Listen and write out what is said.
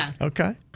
Okay